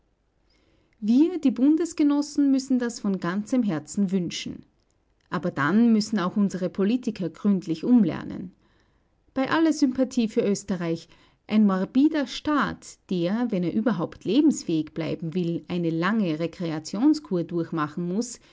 wir die bundesgenossen müssen das von ganzem herzen wünschen aber dann müssen auch unsere politiker gründlich umlernen bei aller sympathie für österreich ein morbider staat der wenn er überhaupt lebensfähig bleiben will eine lange rekreationskur durchmachen muß